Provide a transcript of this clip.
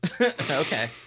Okay